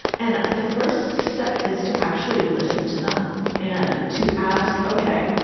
and the first step is to actually listen to them and to ask, ok,